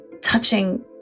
touching